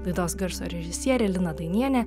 laidos garso režisierė lina dainienė